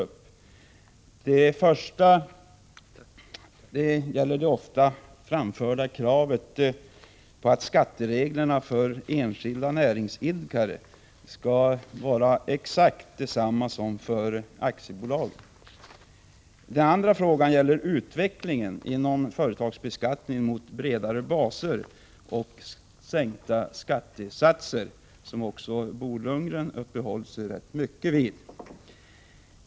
Det första gäller det ofta framförda kravet på att skattereglerna för enskilda näringsidkare skall vara exakt desamma som för aktiebolag. Den andra frågan gäller utvecklingen inom företagsbeskattningen mot bredare baser och sänkta skattesatser, vilket Bo Lundgren uppehöll sig rätt mycket vid.